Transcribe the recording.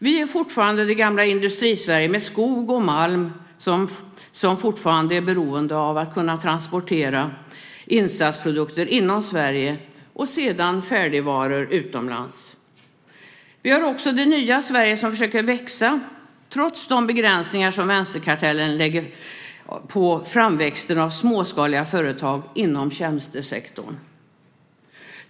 Vi är fortfarande det gamla Industri-Sverige med skog och malm som fortfarande är beroende av att kunna transportera insatsprodukter inom Sverige och sedan transportera färdigvaror utomlands. Vi har också det nya Sverige som försöker växa, trots de begränsningar som vänsterkartellen lägger på framväxten av småskaliga företag inom tjänstesektorn.